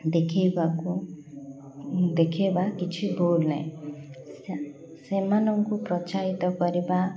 ଦେଖେଇବାକୁ ଦେଖେଇବା କିଛି ଭୁଲ ନାହିଁ ସେମାନଙ୍କୁ ପ୍ରୋତ୍ସାହିତ କରିବା